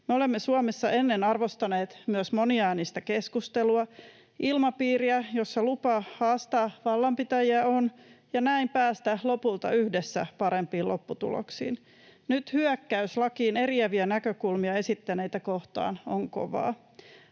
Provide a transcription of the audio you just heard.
olemme Suomessa ennen arvostaneet myös moniäänistä keskustelua, ilmapiiriä, jossa on lupa haastaa vallanpitäjiä ja näin päästä lopulta yhdessä parempiin lopputuloksiin. Nyt hyökkäys lakiin eriäviä näkökulmia esittäneitä kohtaan on kovaa.